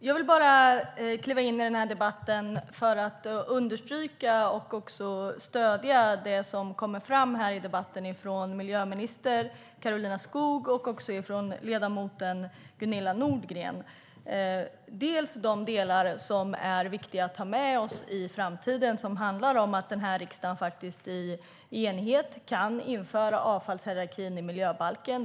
Herr talman! Jag vill gå in i debatten för att understryka och stödja det som har kommit fram i debatten från miljöminister Karolina Skog och ledamoten Gunilla Nordgren. Det handlar bland annat om att riksdagen i enighet kan införa avfallshierarkin i miljöbalken.